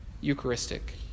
Eucharistic